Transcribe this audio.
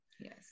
Yes